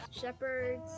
Shepherds